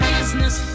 Business